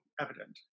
evident